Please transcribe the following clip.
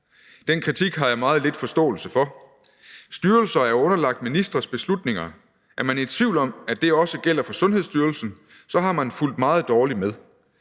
Den kritik har jeg meget lidt forståelse for. Styrelser er underlagt ministres beslutninger. Er man i tvivl om, at det også gælder for Sundhedsstyrelsen, så har man fulgt meget dårligt med.